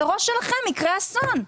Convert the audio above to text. על הראש שלכם יקרה אסון.